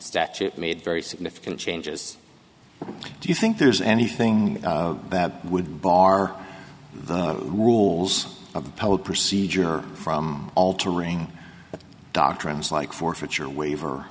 statute made very significant changes do you think there's anything that would bar the rules of public procedure from altering doctrines like forfeiture waiver